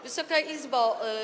Wysoka Izbo!